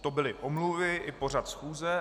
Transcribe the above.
To byly omluvy i pořad schůze.